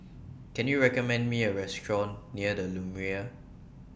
Can YOU recommend Me A Restaurant near The Lumiere